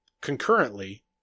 concurrently